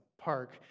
park